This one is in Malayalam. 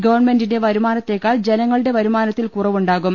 ഗവൺമെന്റിന്റെ വരുമാനത്തെക്കാൾ ജനങ്ങളുടെ വരുമാ നത്തിൽ കുറവുണ്ടാകും